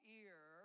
ear